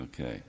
Okay